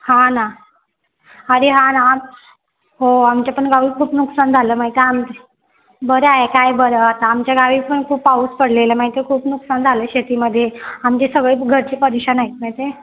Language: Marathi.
हा ना अरे हा ना हो आमच्या पण गावी खूप नुकसान झालं माहीत आम बरं आहे काय बरं आता आमच्या गावी पण खूप पाऊस पडलेला माहीत आहे खूप नुकसान झालं शेतीमध्ये आमचे सगळेच घरचे परेशान आहेत माहीत आहे